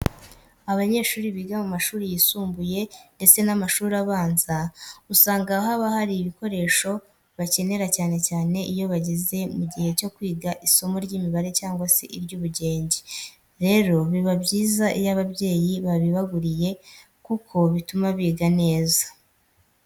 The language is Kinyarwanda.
Abanyeshuri biga mu mashuri yisumbuye ndetse n'amashuri abanza usanga haba hari ibikoresho bakenera cyane cyane iyo bageze mu gihe cyo kwiga isomo ry'imibare cyangwa se iry'ubugenge. Rero biba byiza iyo ababyeyi babibaguriye kuko bituma biga neza.